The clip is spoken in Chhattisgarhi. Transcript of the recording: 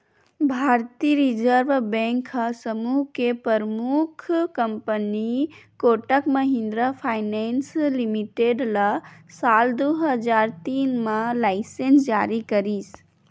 भारतीय रिर्जव बेंक ह समूह के परमुख company Kotak Mahindra finance limited ल साल दू हजार तीन म लाइनेंस जारी करिस